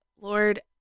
Lord